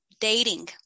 dating